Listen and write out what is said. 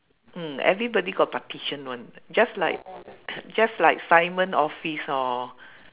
mm everybody got partition one just like just like simon office hor